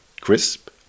crisp